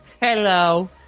Hello